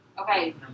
Okay